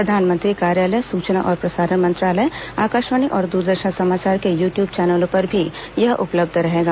प्रधानमंत्री कार्यालय सूचना और प्रसारण मंत्रालय आकाशवाणी और दूरदर्शन समाचार के यू ट्यूब चैनलों पर भी यह उपलब्ध रहेगा